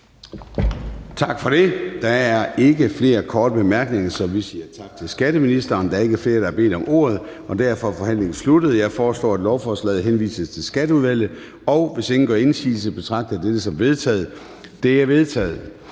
Tak for det. Der er ikke flere korte bemærkninger, så vi siger tak til skatteministeren. Der er ikke flere, der har bedt om ordet, og derfor er forhandlingen sluttet. Jeg foreslår, at lovforslaget henvises til Skatteudvalget. Hvis ingen gør indsigelse, betragter jeg dette som vedtaget. Det er vedtaget.